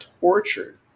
tortured